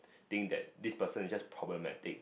think that this person is just problematic